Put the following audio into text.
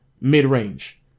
mid-range